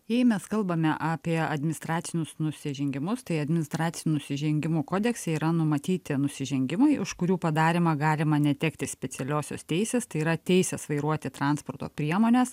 jei mes kalbame apie administracinius nusižengimus tai administracinių nusižengimų kodekse yra numatyti nusižengimai už kurių padarymą galima netekti specialiosios teisės tai yra teisės vairuoti transporto priemones